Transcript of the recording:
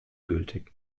gültig